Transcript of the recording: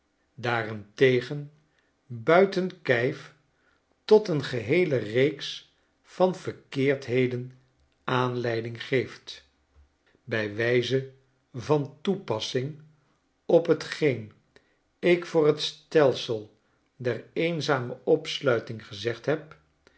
daarentegen buiten kijf tot een geheele reeks van verkeerdheden aanleiding geeft bij wijze van toepassing op t geen ik voor t stelsel der eenzame opsluiting gzegd heb